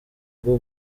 rwo